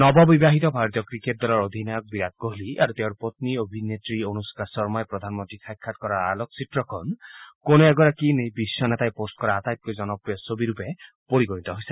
নৱ বিবাহিত ভাৰতীয় ক্ৰিকেট দলৰ অধিনায়ক বিৰাট কোহলি আৰু তেওঁৰ পন্নী অভিনেত্ৰী অনুস্থা শৰ্মাই প্ৰধানমন্নীক সাক্ষাৎ কৰাৰ আলোকচিত্ৰখন কোনো এগৰাকী বিশ্ব নেতাই পষ্ট কৰা আটাইতকৈ জনপ্ৰিয় ছবি ৰূপে পৰিগণিত হৈছে